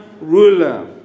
ruler